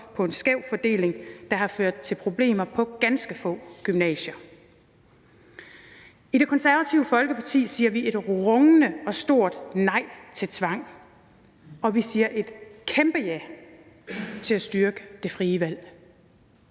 på en skæv fordeling, der har ført til problemer på ganske få gymnasier. I Det Konservative Folkeparti siger vi et rungende og stort nej til tvang, og vi siger et kæmpe ja til at styrke det frie valg.